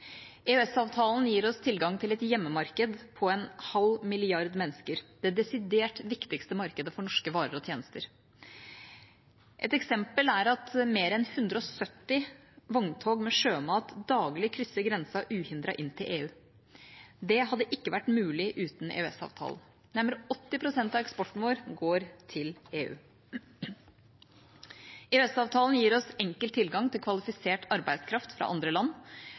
EØS-avtalen gir oss tilgang til et hjemmemarked på en halv milliard mennesker – det desidert viktigste markedet for norske varer og tjenester. Et eksempel er at mer enn 170 vogntog med sjømat daglig krysser grensen uhindret inn til EU. Det hadde ikke vært mulig uten EØS-avtalen. Nærmere 80 pst. av eksporten vår går til EU. EØS-avtalen gir oss enkel tilgang til kvalifisert arbeidskraft fra andre land,